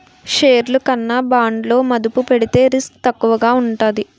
షేర్లు కన్నా బాండ్లలో మదుపు పెడితే రిస్క్ తక్కువగా ఉంటాది